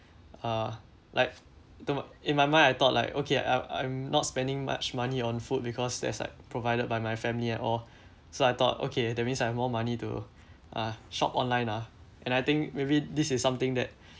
uh like to my in my mind I thought like okay I I'm not spending much money on food because that's like provided by my family and all so I thought okay that means I have more money to uh shop online ah and I think maybe this is something that